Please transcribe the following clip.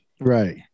Right